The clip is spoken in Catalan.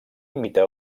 imita